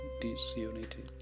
disunity